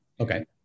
Okay